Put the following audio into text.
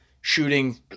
shooting